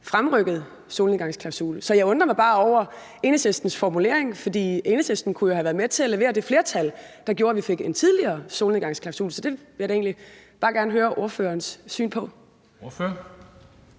fremrykket solnedgangsklausul. Så jeg undrer mig bare over Enhedslistens formulering, for Enhedslisten kunne jo have været med til at levere det flertal, der gjorde, at vi fik en tidligere solnedgangsklausul. Så det vil jeg egentlig bare gerne høre ordførerens syn på.